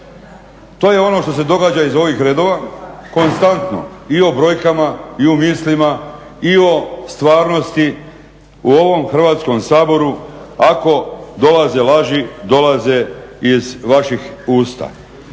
To je ono što se događa iz ovih redova konstantno i o brojkama i u mislima i o stvarnosti u ovom Hrvatskom saboru ako dolaze laži, dolaze iz vaših usta.